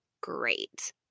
great